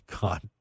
God